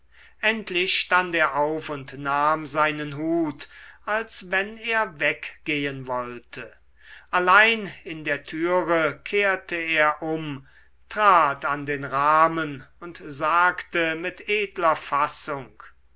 endlich stand er auf und nahm seinen hut als wenn er weggehen wollte allein in der türe kehrte er um trat an den rahmen und sagte mit edler fassung